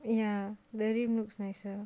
ya the rim looks nicer